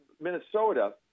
Minnesota